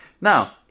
now